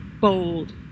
bold